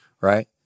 right